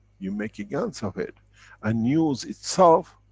you make a gans of it and use itself,